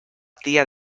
tía